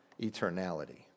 eternality